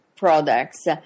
products